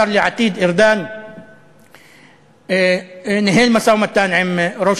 השר לעתיד ארדן ניהל משא-ומתן עם ראש